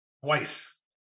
Twice